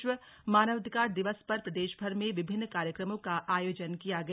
विश्व मानवाधिकार दिवस पर प्रदेशभर में विभिन्न कार्यक्रमों का आयोजन किया गया